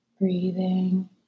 Breathing